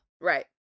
Right